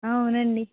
అవునండి